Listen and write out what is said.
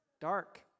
dark